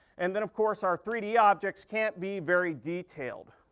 and then of course, our three d objects can't be very detailed.